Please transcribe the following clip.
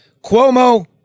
Cuomo